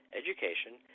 education